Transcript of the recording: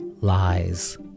Lies